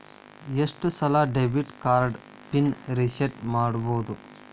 ಎಷ್ಟ ಸಲ debit card pin reset ಮಾಡಬೋದು